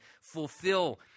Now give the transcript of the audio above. fulfill